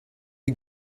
you